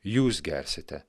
jūs gersite